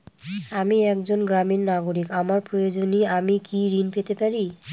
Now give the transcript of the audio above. আমি একজন গ্রামীণ কারিগর আমার প্রয়োজনৃ আমি কি ঋণ পেতে পারি?